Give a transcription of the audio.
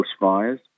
bushfires